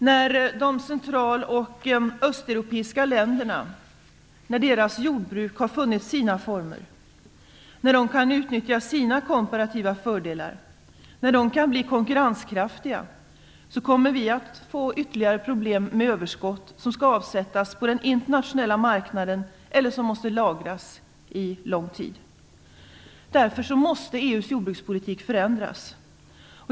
När de central och östeuropeiska ländernas jordbruk har funnit sina former, när de kan utnyttja sina komparativa fördelar och när de kan bli konkurrenskraftiga kommer vi att få ytterligare problem med överskott som skall avsättas på den internationella marknaden eller måste lagras lång tid. Därför måste EU:s jordbrukspolitik förändras.